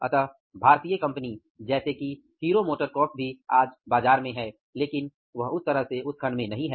अतः भारतीय कंपनी जैसे कि हीरो मोटर कॉर्प्स भी उस खण्ड में नहीं हैं